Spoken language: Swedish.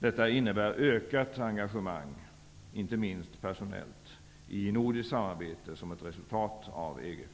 Detta innebär ett ökat engagemang, inte minst personellt, i nordiskt samarbete såsom ett resultat av EG